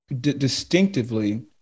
distinctively